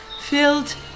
Filled